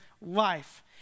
life